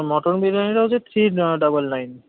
mutton বিরিয়ানিটা হচ্ছে three double nine